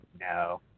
No